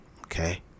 okay